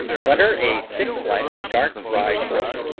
butter a thick slice of dark rye bread,